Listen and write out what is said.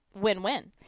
Win-win